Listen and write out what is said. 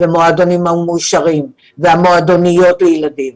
מועדונים המאושרים והמועדוניות לילדים.